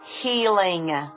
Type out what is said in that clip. healing